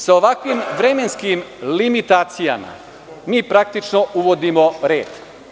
Sa ovakvim vremenskim limitacijama, mi praktično uvodimo red.